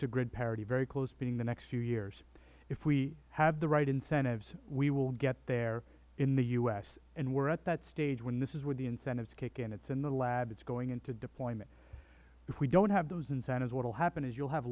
to grid parity very close being the next few years if we have the right incentives we will get there in the u s and we are at that stage when this is where the incentives kick in it is in the labs it is going into deployment if we don't have those incentives what will happen is you will have